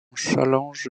challenge